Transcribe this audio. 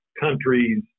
countries